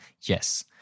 yes